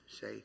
say